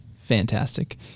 Fantastic